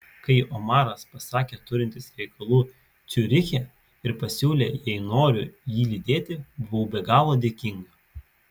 kai omaras pasakė turintis reikalų ciuriche ir pasiūlė jei noriu jį lydėti buvau be galo dėkinga